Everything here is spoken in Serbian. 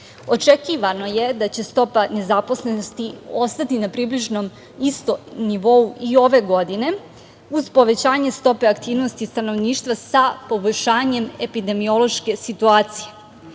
mesta. Očekivano je da će stopa nezaposlenosti ostati na približnom isto nivou i ove godine, uz povećanje stope aktivnosti stanovništva sa poboljšanjem epidemiološke situacije,